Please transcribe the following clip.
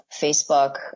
Facebook